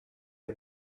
est